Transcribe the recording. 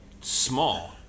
small